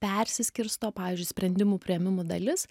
persiskirsto pavyzdžiui sprendimų priėmimų dalis